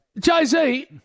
Jay-Z